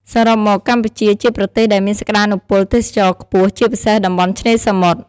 សរុបមកកម្ពុជាជាប្រទេសដែលមានសក្តានុពលទេសចរណ៍ខ្ពស់ ជាពិសេសតំបន់ឆ្នេរសមុទ្រ។